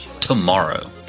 tomorrow